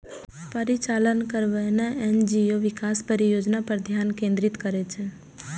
परिचालन करैबला एन.जी.ओ विकास परियोजना पर ध्यान केंद्रित करै छै